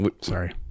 Sorry